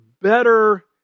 better